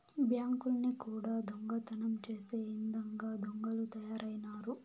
బ్యాంకుల్ని కూడా దొంగతనం చేసే ఇదంగా దొంగలు తయారైనారు